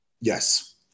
Yes